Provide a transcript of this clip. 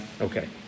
okay